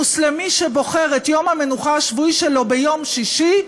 מוסלמי שבוחר את יום המנוחה השבועי שלו ביום שישי,